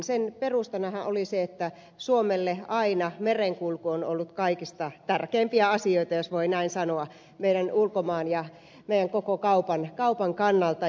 sen perustanahan oli se että suomelle merenkulku on aina ollut kaikista tärkeimpiä asioita jos voi näin sanoa meidän ulkomaankaupan ja meidän koko kaupan kannalta